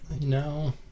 no